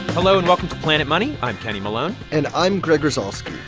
hello, and welcome to planet money. i'm kenny malone and i'm greg rosalsky.